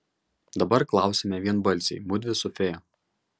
dabar klausiame vienbalsiai mudvi su fėja